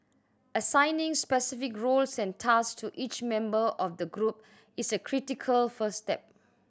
assigning specific roles and task to each member of the group is a critical first step